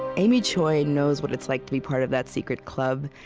amy choi knows what it's like to be part of that secret club.